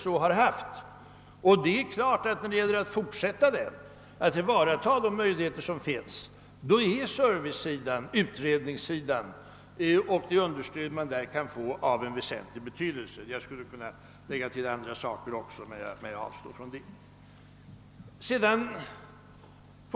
Självfallet måste vi där fortsätta att tillvarata de möjligheter som finns, och då är det understöd man kan få på serviceoch utredningssidan av väsentlig betydelse. Jag skulle kunna anlägga även några andra synpunkter men avstår från det.